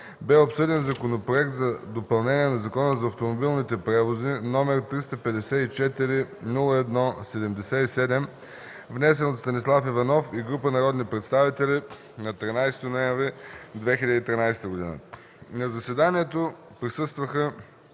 бе обсъден Законопроект за допълнение на Закона за автомобилните превози, № 354-01-77, внесен от Станислав Иванов и група народни представители на 13 ноември 2013 г. На заседанията присъстваха: